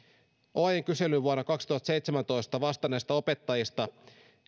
oajn kyselyyn vuonna kaksituhattaseitsemäntoista vastanneista opettajista